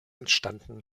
entstanden